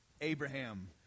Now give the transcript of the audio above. Abraham